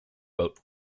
boat